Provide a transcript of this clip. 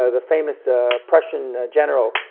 ah the famous ah prussian general,